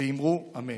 ואמרו אמן".